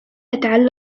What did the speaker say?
أتعلم